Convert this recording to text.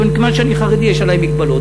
אבל מכיוון שאני חרדי יש עלי מגבלות.